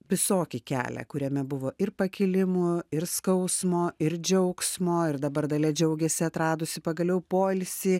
visokį kelią kuriame buvo ir pakilimų ir skausmo ir džiaugsmo ir dabar dalia džiaugiasi atradusi pagaliau poilsį